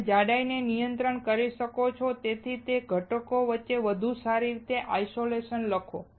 તમે જાડાઈને નિયંત્રિત કરી શકો છો અને તેથી ઘટકો વચ્ચે વધુ સારી રીતે આઇસોલેશન લખો